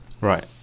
Right